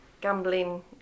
gambling